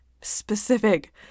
specific